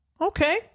Okay